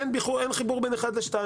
אין חיבור בין אחד לשניים.